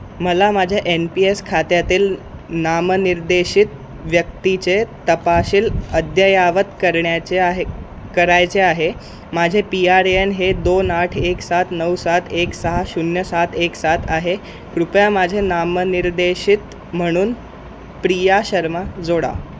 मला माझ्या N P S खात्यातील नामनिर्देशित व्यक्तीचे तपशील अद्ययावत करण्याचे आहे करायचे आहे माझे पी आर ए एन हे दोन आठ एक सात नऊ सात एक सहा शून्य सात एक सात आहे कृपया माझे नामनिर्देशित म्हणून प्रिया शर्मा जोडा